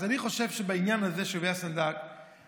אז אני חושב שהעניין הזה של אהוביה סנדק זה